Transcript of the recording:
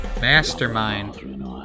Mastermind